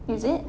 is it